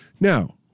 Now